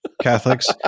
Catholics